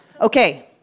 Okay